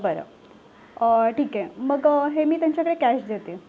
बरं ठीक आहे मग हे मी त्यांच्याकडे कॅश देते